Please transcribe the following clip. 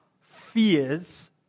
fears